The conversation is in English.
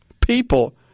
people